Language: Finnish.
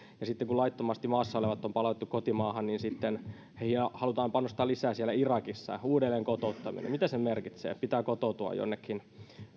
ja sitten kun laittomasti maassa olevat on palautettu kotimaahan niin sitten heihin halutaan panostaa lisää siellä irakissa uudelleen kotouttaminen mitä se merkitsee pitää kotoutua jonnekin